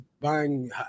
buying